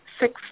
six